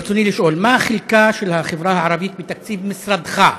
ברצוני לשאול: 1. מה חלקה של החברה הערבית בתקציב משרדך,